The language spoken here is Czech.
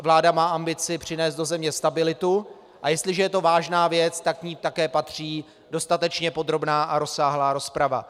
Vláda má ambici přinést do země stabilitu, a jestliže je to vážná věc, tak k ní také patří dostatečně podrobná a rozsáhlá rozprava.